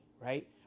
right